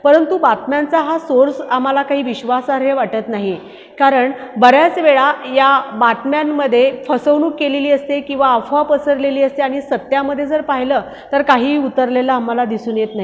परंतु बातम्यांचा हा सोर्स आम्हाला काही विश्वासार्ह वाटत नाही कारण बऱ्याच वेळा या बातम्यांमध्ये फसवणूक केलेली असते किंवा अफवा पसरलेली असते आणि सत्यामध्ये जर पाहिलं तर काही उतरलेला आम्हाला दिसून येत नाही